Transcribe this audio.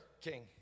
king